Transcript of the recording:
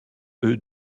eux